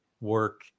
work